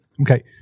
Okay